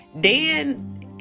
Dan